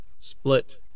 split